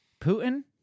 Putin